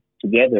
together